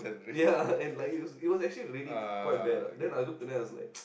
ya and like it it was actually really quite bad lah then I looked and then I was like